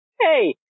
Hey